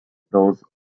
those